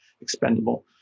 expendable